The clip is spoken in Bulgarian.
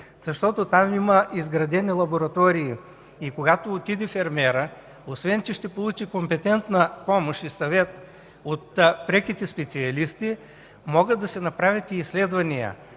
Защото там има изградени лаборатории и когато фермерът отиде, освен че ще получи компетентна помощ и съвет от преките специалисти, могат да се направят и изследвания